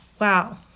wow